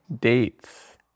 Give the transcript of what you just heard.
Dates